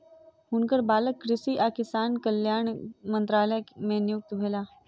हुनकर बालक कृषि आ किसान कल्याण मंत्रालय मे नियुक्त भेला